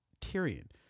Tyrion